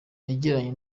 yagiranye